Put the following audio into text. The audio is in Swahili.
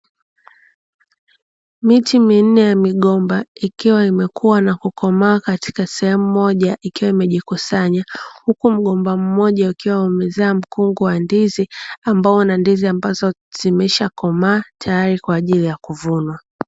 Miti minne ya migomba ikiwa imekua na kukomaa katika sehemu moja ikiwa imejikusanya, huku mgomba mmoja ukiwa umezaa mkungu wa ndizi, ambao una ndizi ambazo zimeshakomaa tayari kwa ajili ya kuvunwa.